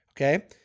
okay